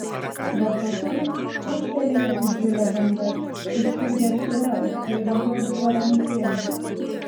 bet paskui ūžtelėjo didžiulė banga iš kur ji atsirado jei vanduo buvo ramutėlis